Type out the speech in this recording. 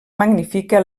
magnifica